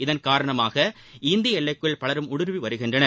இதன் காரணமாக இந்திய எல்லைக்குள் பலரும் ஊடுருவி வருகின்றனர்